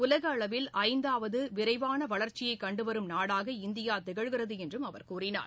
உலக அளவில் ஐந்தாவது விரைவான வளர்ச்சியை கண்டுவரும் நாடாக இந்தியா திகழ்கிறது என்றும் அவர் கூறினார்